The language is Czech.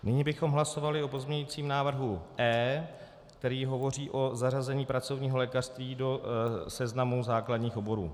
Nyní bychom hlasovali o pozměňujícím návrhu E, který hovoří o zařazení pracovního lékařství do seznamu základních oborů.